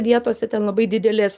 vietose ten labai didelės